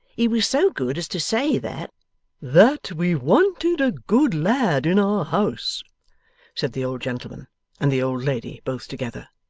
he was so good as to say that that we wanted a good lad in our house said the old gentleman and the old lady both together,